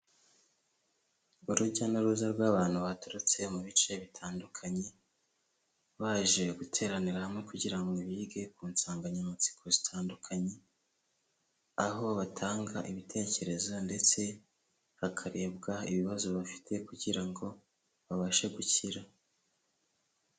Urujya n'uruza rw'abantu baturutse mu bice bitandukanye, baje guteranira hamwe kugira ngo bige ku nsanganyamatsiko zitandukanye, aho batanga ibitekerezo ndetse hakarebwa ibibazo bafite kugira ngo babashe gukira.